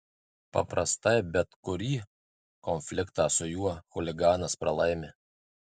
paprastai bet kurį konfliktą su juo chuliganas pralaimi